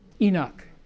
Enoch